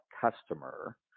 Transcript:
customer